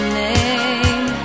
name